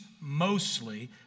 mostly